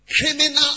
criminal